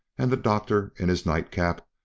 and the doctor, in his night-cap,